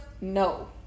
No